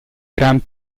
grand